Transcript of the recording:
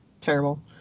terrible